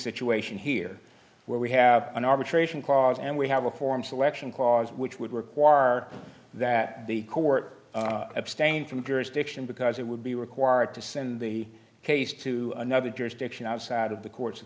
situation here where we have an arbitration clause and we have a form selection clause which would require that the court abstain from jurisdiction because it would be required to send the case to another jurisdiction outside of the court's